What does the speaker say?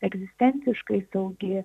egzistenciškai saugi